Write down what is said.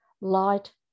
light